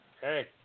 Hey